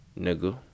Nigga